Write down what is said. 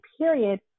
period